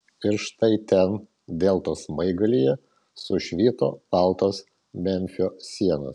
ir štai ten deltos smaigalyje sušvito baltos memfio sienos